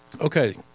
Okay